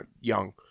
young